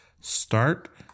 start